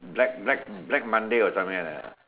black black black Monday or something like that ah